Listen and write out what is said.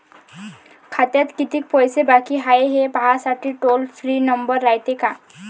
खात्यात कितीक पैसे बाकी हाय, हे पाहासाठी टोल फ्री नंबर रायते का?